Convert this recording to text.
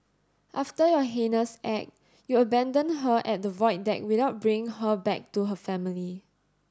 after your heinous act you abandoned her at the Void Deck without bringing her back to her family